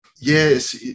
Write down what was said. Yes